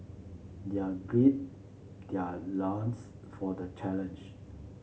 they are gird their loins for the challenge